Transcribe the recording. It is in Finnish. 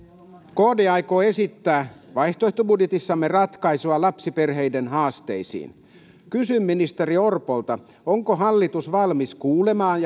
kd aikoo esittää vaihtoehtobudjetissamme ratkaisua lapsiperheiden haasteisiin kysyn ministeri orpolta onko hallitus valmis kuulemaan